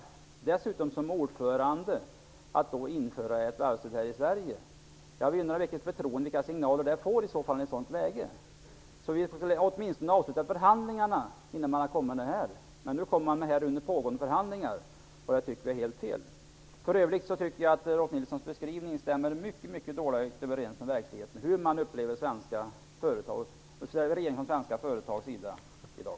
Det är viktigt för förtroendet vilka signaler man ger i ett sådant läge. Vi måste åtminstone få avsluta förhandlingarna. Nu kommer man med ett sådant krav under pågående förhandlingar, och det tycker jag är helt fel. För övrigt tycker jag att Rolf Nilsons beskrivning stämmer mycket dåligt överens med hur verkligheten upplevs av de svenska företagen i dag.